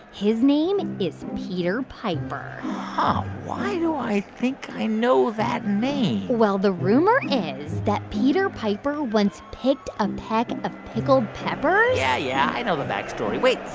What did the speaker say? his name is peter piper huh. why do i think i know that name? well, the rumor is that peter piper once picked a peck of pickled peppers yeah, yeah, i know the back story. wait,